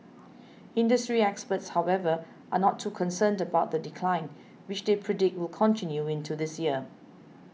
industry experts however are not too concerned about the decline which they predict will continue into this year